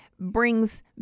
brings